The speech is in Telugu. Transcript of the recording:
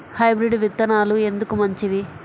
హైబ్రిడ్ విత్తనాలు ఎందుకు మంచివి?